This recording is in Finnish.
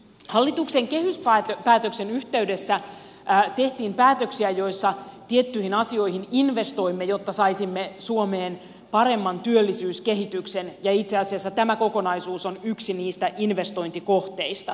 hallituksen kehyspäätöksen yhteydessä tehtiin päätöksiä joissa tiettyihin asioihin investoimme jotta saisimme suomeen paremman työllisyyskehityksen ja itse asiassa tämä kokonaisuus on yksi niistä investointikohteista